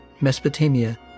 Mesopotamia